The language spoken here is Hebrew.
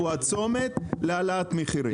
הצומת להעלאת מחירים?